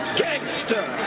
gangster